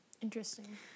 Interesting